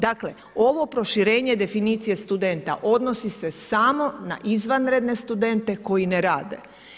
Dakle, ovo proširenje definicije studenta, odnosi se samo na izvanredne studente koji ne rade.